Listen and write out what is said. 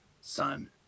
son